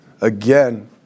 again